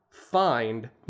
Find